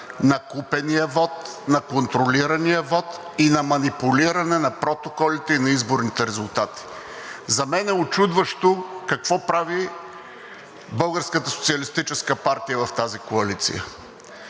купения вот, контролирания вот и на манипулиране на протоколите и на изборните резултати. За мен е учудващо какво прави Българската